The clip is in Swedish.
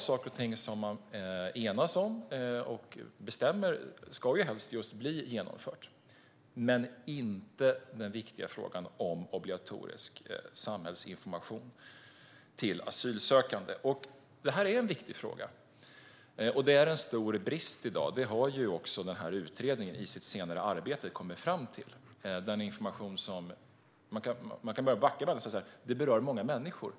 Saker och ting som man enas om och bestämmer ska ju helst bli genomförda. Men det har inte den viktiga frågan om obligatorisk samhällsinformation till asylsökande. Det här är en viktig fråga, och det är en stor brist i dag. Det har också utredningen i sitt senare arbete kommit fram till. Man kan backa bandet och säga så här: Det berör många människor.